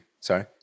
Sorry